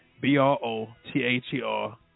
B-R-O-T-H-E-R